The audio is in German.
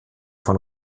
von